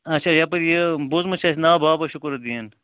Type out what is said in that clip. اچھا یپٲرۍ یہِ بوٗزمُت چھُ اَسہِ ناو بابا شکوٗرو دیٖن